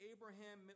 Abraham